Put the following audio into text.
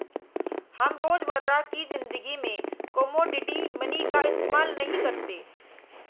हम रोजमर्रा की ज़िंदगी में कोमोडिटी मनी का इस्तेमाल नहीं करते